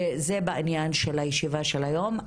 זה בעניין הישיבה של היום.